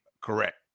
correct